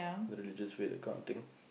religious way that kind of thing